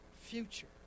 future